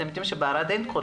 אתם יודעים שאין בערד נוכחות